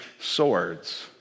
swords